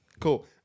Cool